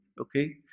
okay